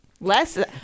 Less